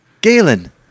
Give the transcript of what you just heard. galen